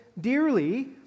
dearly